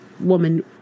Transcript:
woman